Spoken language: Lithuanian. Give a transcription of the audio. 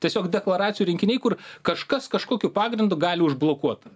tiesiog deklaracijų rinkiniai kur kažkas kažkokiu pagrindu gali užblokuot